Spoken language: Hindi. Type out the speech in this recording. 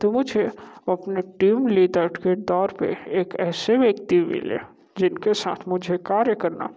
तो मुझे अपने टीम लीडर के तौर पर एक ऐसे व्यक्ति मिले जिनके साथ मुझे कार्य करना